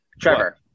Trevor